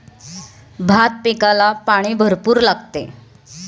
भात पिकाला भरपूर पाणी लागते